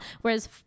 whereas